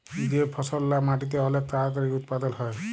যে ফসললা মাটিতে অলেক তাড়াতাড়ি উৎপাদল হ্যয়